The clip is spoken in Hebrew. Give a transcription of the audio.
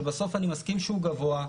שבסוף אני מסכים שהוא גבוה,